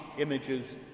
images